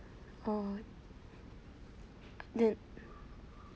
oh then